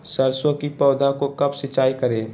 सरसों की पौधा को कब सिंचाई करे?